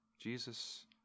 Jesus